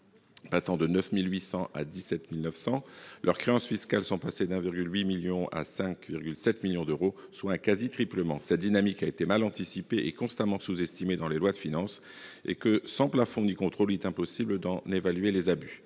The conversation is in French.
passant de 9 800 à 17 900 entreprises. [...] Leurs créances fiscales sont passées de 1,8 million d'euros à 5,7 millions d'euros, soit un quasi triplement. Cette dynamique a été mal anticipée et constamment sous-estimée dans les lois de finances. » Or, sans plafond ni contrôle, il est impossible d'en évaluer les abus.